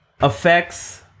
affects